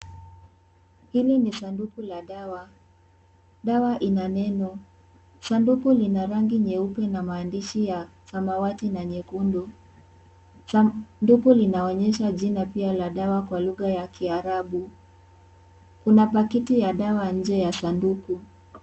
Hili ni sanduku la dawa. Dawa ina meno. Sanduku lina rangi nyeupe na maandishi ya samawati na nyekundu. Sanduku linaonyesha jina pia la dawa kwa lugha ya Kiarabu. Kuna pakiti ya dawa nje ya sanduku.